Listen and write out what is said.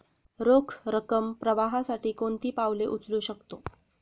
रोख रकम प्रवाहासाठी कोणती पावले उचलू शकतो?